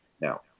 now